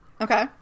Okay